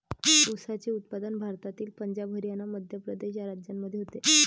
ऊसाचे उत्पादन भारतातील पंजाब हरियाणा मध्य प्रदेश या राज्यांमध्ये होते